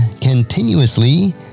continuously